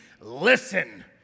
Listen